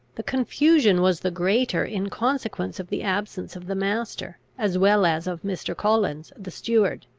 the confusion was the greater, in consequence of the absence of the master, as well as of mr. collins, the steward.